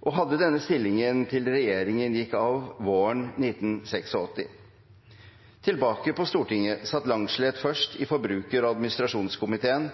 og hadde denne stillingen til regjeringen gikk av våren 1986. Tilbake på Stortinget satt Langslet først i